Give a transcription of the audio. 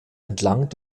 entlang